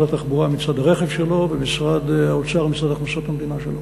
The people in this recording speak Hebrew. התחבורה מצד הרכב שלו ומשרד האוצר מצד הכנסות המדינה שלו.